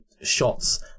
shots